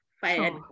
fired